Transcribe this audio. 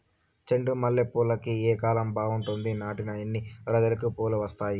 చెండు మల్లె పూలుకి ఏ కాలం బావుంటుంది? నాటిన ఎన్ని రోజులకు పూలు వస్తాయి?